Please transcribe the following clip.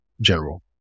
general